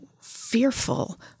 fearful